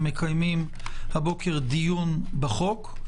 מקיימים הבוקר דיון בחוק.